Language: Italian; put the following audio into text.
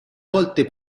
volte